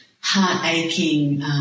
heart-aching